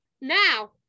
Now